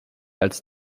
als